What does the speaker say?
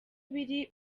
biri